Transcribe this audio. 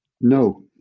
No